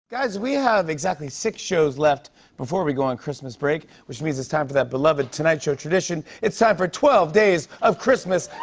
we have exactly six shows left before we go on christmas break, which means it's time for that beloved tonight show tradition. it's time for twelve days of christmas